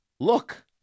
Look